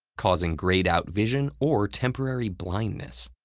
causing greyed out vision or temporary blindness.